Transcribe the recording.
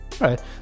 right